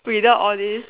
without all these